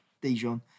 Dijon